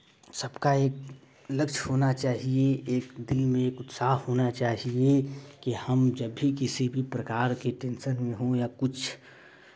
सबका एक लक्ष्य होना चाहिए एक दिल में एक उत्साह होना चाहिए कि हम जब भी किसी भी प्रकार के टेंशन में हों या कुछ